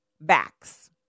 backs